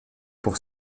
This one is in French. pour